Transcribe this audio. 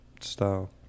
style